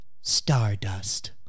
Stardust